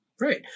right